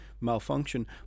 malfunction